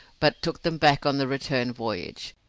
but took them back on the return voyage.